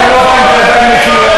אתם לא באים בידיים נקיות,